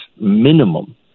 minimum